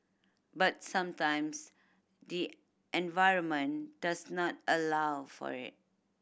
but sometimes the environment does not allow for it